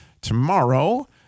tomorrow